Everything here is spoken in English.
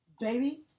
baby